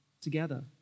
together